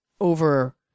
over